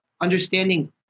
understanding